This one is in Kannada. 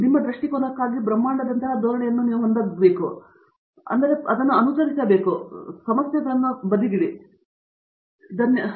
ನಿಮ್ಮ ದೃಷ್ಟಿಕೋನಕ್ಕಾಗಿ ಬ್ರಹ್ಮಾಂಡದಂತಹ ಈ ಧೋರಣೆಯನ್ನು ನೀವು ಹೊಂದಬಹುದು ಎಂದು ನಾನು ಭಾವಿಸುತ್ತೇನೆ ಒಂದು ಸಮಸ್ಯೆ ಅಲ್ಲ ಪ್ರತಿಯೊಬ್ಬರೂ ಅನುಸರಿಸುತ್ತಾರೆ